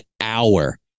hour